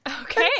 okay